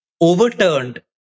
overturned